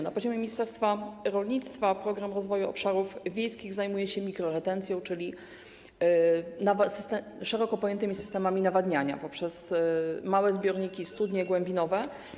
Na poziomie ministerstwa rolnictwa Program Rozwoju Obszarów Wiejskich zajmuje się mikroretencją, czyli szeroko pojętymi systemami nawadniania poprzez małe zbiorniki i studnie głębinowe.